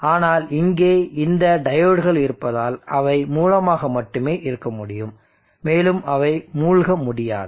ஆனால் இங்கே இந்த டையோட்கள் இருப்பதால் அவை மூலமாக மட்டுமே இருக்க முடியும் மேலும் அவை மூழ்க முடியாது